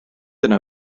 yna